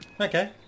Okay